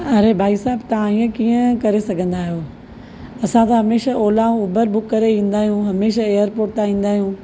अरे भई साहिब तव्हां हीअं कीअं करे सघंदा आहियो असां त हमेशह ओला ऐं ऊबर बुक करे कंदा आहियूं हमेशह एअरपोट तां ईंदा आहियूं